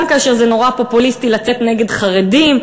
גם כאשר זה נורא פופוליסטי לצאת נגד חרדים,